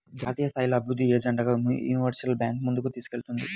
జాతీయస్థాయిలో అభివృద్ధిని ఎజెండాగా యూనివర్సల్ బ్యాంకు ముందుకు తీసుకెళ్తుంది